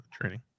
training